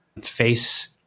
face